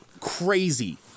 Crazy